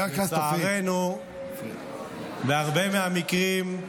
הם לצערנו, בהרבה מהמקרים,